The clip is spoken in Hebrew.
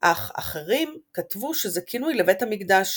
אך אחרים כתבו שזהו כינוי לבית המקדש,